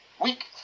Week